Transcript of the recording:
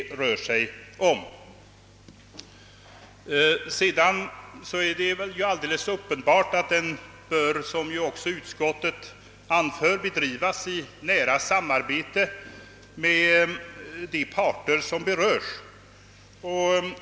Vidare är det uppenbart att den bör — vilket också utskottet anser — bedrivas i nära samarbete med de parter som berörs.